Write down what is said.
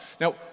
Now